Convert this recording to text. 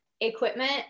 equipment